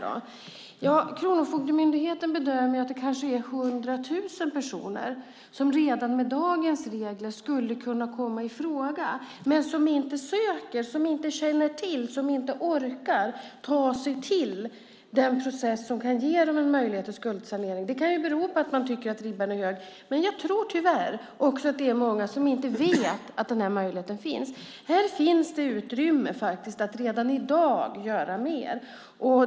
Kronofogdemyndigheten bedömer att det kanske är 100 000 personer som redan med dagens regler skulle kunna komma i fråga för det här men som inte söker. De känner inte till detta eller orkar inte ta sig till den process som kan ge dem en möjlighet till skuldsanering. Det kan bero på att man tycker att ribban är hög. Men jag tror tyvärr också att det är många som inte vet att den här möjligheten finns. Här finns det faktiskt utrymme att redan i dag göra mer.